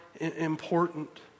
important